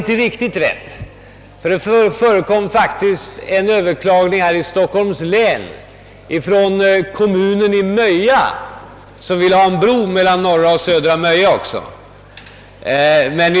inte riktigt rätt, ty det förekom faktiskt ett överklagande i Stockholms län från de kommunala myndigheterna i Möja, som ville ha en bro mellan norra och södra Möja.